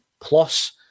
plus